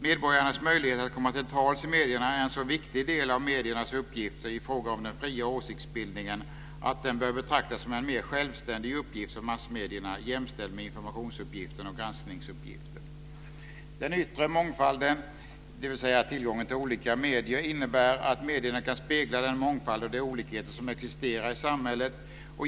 Medborgarnas möjligheter att komma till tals i medierna är en så viktig del av mediernas uppgifter i fråga om den fria åsiktsbildningen att den bör betraktas som en mer självständig uppgift för massmedierna, jämställd med informationsuppgiften och granskningsuppgiften. Den yttre mångfalden, dvs. tillgången till olika medier, innebär att medierna kan spegla den mångfald och de olikheter som existerar i samhället.